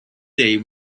day